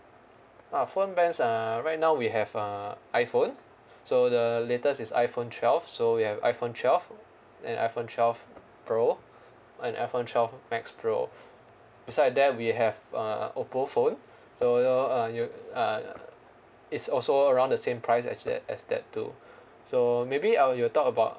uh phone brands uh right now we have uh iphone so the latest is iphone twelve so we have iPhone twelve and iPhone twelve pro and iPhone twelve max pro beside that we have a Oppo phone so uh you uh it's also around the same price actually as that too so maybe I will talk about